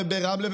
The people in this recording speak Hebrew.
ברמלה,